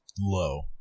low